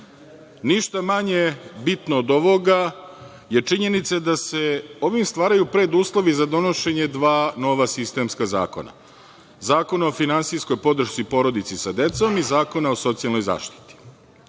Ništa manje bitno od ovoga je činjenica da se ovim stvaraju preduslovi za donošenje dva nova sistemska zakona – Zakona o finansijskoj podršci porodici sa decom i Zakona o socijalnoj zaštiti. Nova